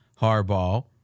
Harbaugh